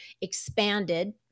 expanded